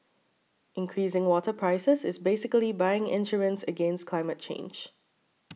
increasing water prices is basically buying insurance against climate change